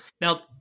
Now